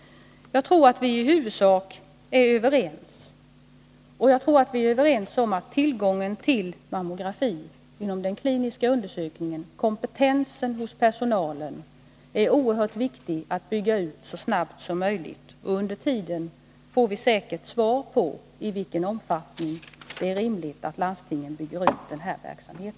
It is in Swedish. Jag tror att vi i huvudsak är överens. Jag tror att vi bl.a. är överens om att det är oerhört viktigt att så snabbt som möjligt bygga ut tillgången till mammografi inom den kliniska undersökningen liksom även kompetensen hos personalen. Under tiden får vi säkerligen svar på i vilken omfattning det är rimligt att landstingen bygger ut denna verksamhet.